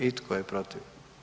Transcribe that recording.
I tko je protiv?